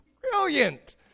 Brilliant